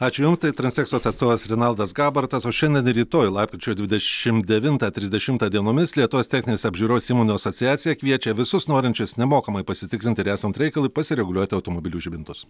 ačiū jum tai transeksos atstovas renaldas gabartas o šiandien ir rytoj lapkričio dvidešimt devintą trisdešimtą dienomis lietuvos techninės apžiūros įmonių asociacija kviečia visus norinčius nemokamai pasitikrinti ir esant reikalui pasireguliuoti automobilių žibintus